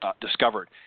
discovered